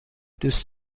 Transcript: دوست